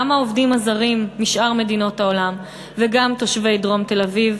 גם העובדים הזרים משאר מדינות העולם וגם תושבי דרום תל-אביב.